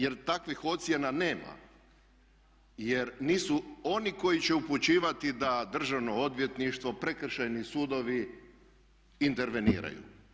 Jer takvih ocjena nema jer nisu oni koji će upućivati da državno odvjetništvo, prekršajni sudovi interveniraju.